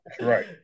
Right